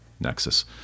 nexus